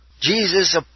Jesus